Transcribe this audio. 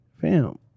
fam